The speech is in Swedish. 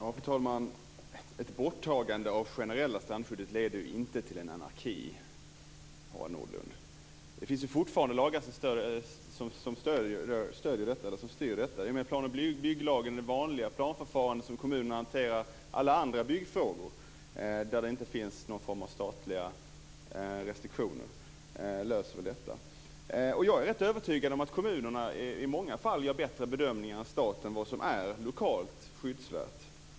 Fru talman! Ett borttagande av det generella strandskyddet leder inte till anarki, Harald Nordlund. Det finns fortfarande lagar som styr detta. Plan och bygglagen, det vanliga planförfarande som kommunerna hanterar och alla andra byggfrågor där det inte finns någon form av statliga restriktioner löser detta. Jag är övertygad om att kommunerna i många fall gör bättre bedömningar än staten av vad som är lokalt skyddsvärt.